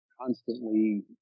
constantly